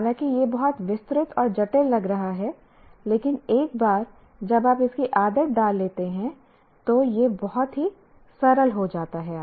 हालांकि यह बहुत विस्तृत और जटिल लग रहा है लेकिन एक बार जब आप इसकी आदत डाल लेते हैं तो यह बहुत सरल है